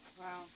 Wow